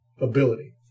ability